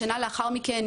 שנה לאחר מכן,